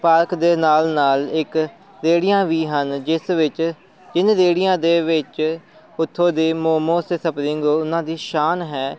park ਦੇ ਨਾਲ ਨਾਲ ਇੱਕ ਰੇਹੜੀਆਂ ਵੀ ਹਨ ਜਿਸ ਵਿੱਚ ਤਿੰਨ ਰੇਹੜੀਆਂ ਦੇ ਵਿੱਚ ਉੱਥੋਂ ਦੇ ਮੋਮੋਜ ਅਤੇ ਸਪਰਿੰਗ ਰੋਲ ਉਹਨਾਂ ਦੀ ਸ਼ਾਨ ਹੈ